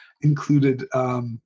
included